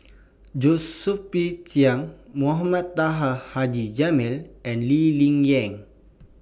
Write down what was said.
Josephine Chia Mohamed Taha Haji Jamil and Lee Ling Yen